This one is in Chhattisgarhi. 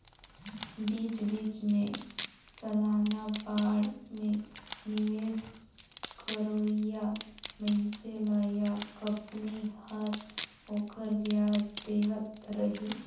बीच बीच मे सलाना बांड मे निवेस करोइया मइनसे ल या कंपनी हर ओखर बियाज देहत रही